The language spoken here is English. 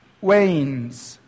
wanes